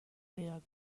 بیاد